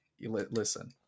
listen